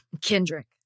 Kendrick